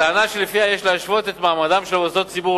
שיש להשוות את מעמדם של מוסדות הציבור